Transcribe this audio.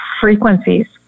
frequencies